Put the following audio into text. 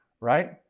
right